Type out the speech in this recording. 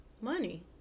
Money